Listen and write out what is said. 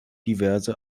diverse